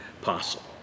possible